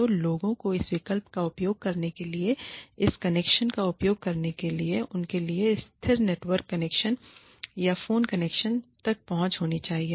तो लोगों को इस विकल्प का उपयोग करने के लिए इस कनेक्शन का उपयोग करने के लिए उनके लिए स्थिर नेटवर्क कनेक्शन या फोन कनेक्शन तक पहुंच होनी चाहिए